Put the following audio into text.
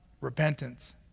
repentance